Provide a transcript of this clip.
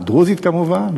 דרוזית כמובן,